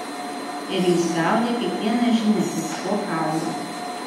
ir jis gaudė kiekvieną žinią lyg šuo kaulą